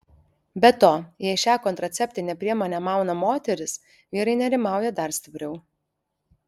be to jei šią kontraceptinę priemonę mauna moteris vyrai nerimauja dar stipriau